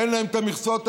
אין להם את המכסות האלה.